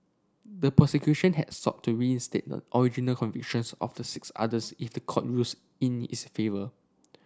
the prosecution has sought to reinstate the original convictions of the six others if the court rules in its favour